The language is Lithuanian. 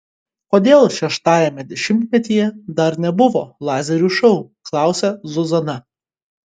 kodėl šeštajame dešimtmetyje dar nebuvo lazerių šou klausia zuzana